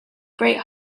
great